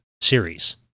series